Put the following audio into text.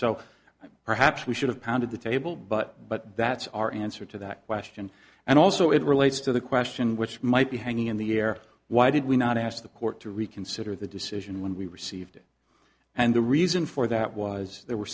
so perhaps we should have pounded the table but but that's our answer to that question and also it relates to the question which might be hanging in the air why did we not ask the court to reconsider the decision when we received it and the reason for that was there were